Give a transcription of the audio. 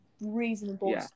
reasonable